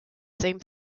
same